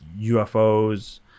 UFOs